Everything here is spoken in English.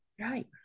right